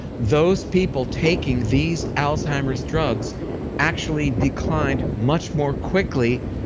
those people taking these alzheimer's drugs actually declined much more quickly